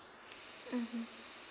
mmhmm